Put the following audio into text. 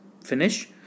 finish